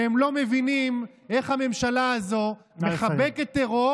והם לא מבינים איך הממשלה הזו מחבקת טרור